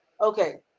Okay